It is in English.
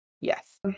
Yes